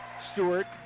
Stewart